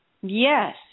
yes